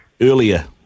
earlier